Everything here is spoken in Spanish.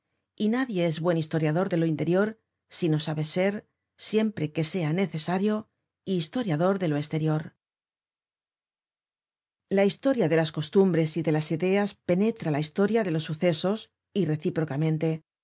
y nadie es buen historiador de lo interior si no sabe ser siempre que sea necesario historiador de lo esterior la historia de las costumbres y de las ideas penetra la historia de los sucesos y recíprocamente